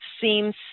seems